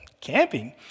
camping